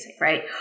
right